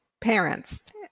parents